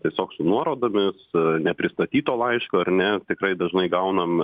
tiesiog su nuorodomis nepristatyto laiško ar ne tikrai dažnai gaunam